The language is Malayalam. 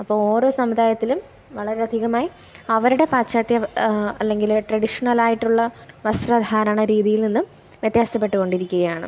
അപ്പോൾ ഓരോ സമുദായത്തിലും വളരെ അധികമായി അവരുടെ പാശ്ചാത്യ അല്ലെങ്കിൽ ട്രഡീഷണൽ ആയിട്ടുള്ള വസ്ത്രധാരണരീതിയിൽ നിന്നും വ്യത്യാസപ്പെട്ട് കൊണ്ടിരിക്കുകയാണ്